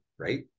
Right